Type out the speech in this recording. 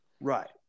Right